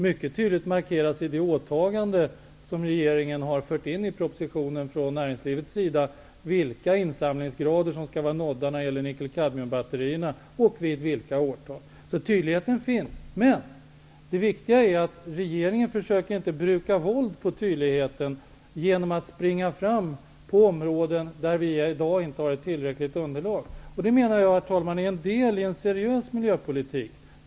Det markeras mycket tydligt i det åtagande från näringslivets sida som regeringen har föreslagit i propositionen vilka insamlingsgrader som skall vara nådda när det gäller nickel--kadmiumbatterierna och vid vilka årtal. Tydligheten finns. Det viktiga är att regeringen inte försöker bruka våld mot tydligheten genom att springa fram på områden där vi i dag inte har ett tillräckligt underlag. Det menar jag, herr talman, är en del i en seriös miljöpolitik.